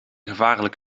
gevaarlijk